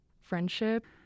friendship